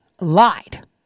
lied